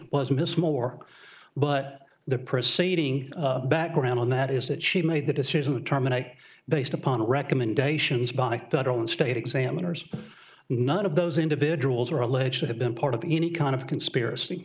was miss moore but the preceeding background on that is that she made the decision to terminate based upon recommendations by federal and state examiners none of those individuals are alleged to have been part of any kind of conspiracy